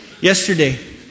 Yesterday